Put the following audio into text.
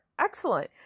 Excellent